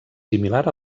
similar